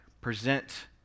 present